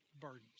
burdens